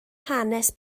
hanes